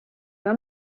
una